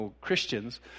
Christians